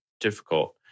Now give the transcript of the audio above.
difficult